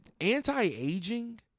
anti-aging